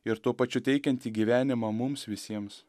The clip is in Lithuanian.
ir tuo pačiu teikianti gyvenimą mums visiems